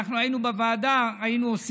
היינו בוועדה,